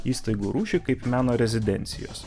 įstaigų rūšį kaip meno rezidencijos